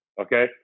Okay